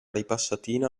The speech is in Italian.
ripassatina